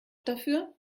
dafür